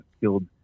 killed